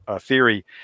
theory